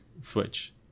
Switch